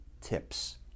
tips